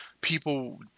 people